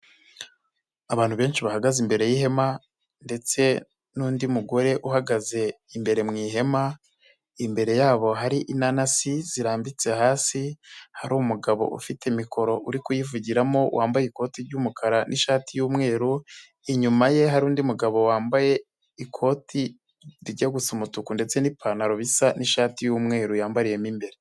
Abantu benshi bahagaze imbere y'ihema ndetse n'undi mugore uhagaze imbere mu ihema, imbere yabo hari inanasi zirambitse hasi, hari umugabo ufite mikoro uri kuyivugiramo wambaye ikoti ry'umukara n'ishati y'umweru, inyuma ye hari undi mugabo wambaye ikoti rijya gusa umutuku ndetse n'ipantaro bisa n'ishati y'umweru yambariyemo imbere.